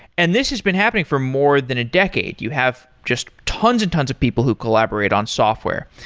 and this has been happening for more than a decade. you have just tons and tons of people who collaborate on software.